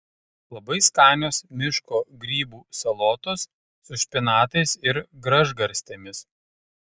labai skanios miško grybų salotos su špinatais ir gražgarstėmis